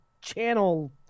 channel